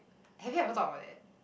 have you ever thought about that